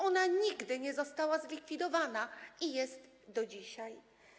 Ona nigdy nie została zlikwidowana i istnieje do dzisiaj.